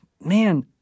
man